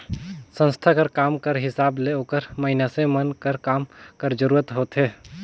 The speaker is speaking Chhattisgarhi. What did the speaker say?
संस्था कर काम कर हिसाब ले ओकर मइनसे मन कर काम कर जरूरत होथे